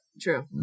true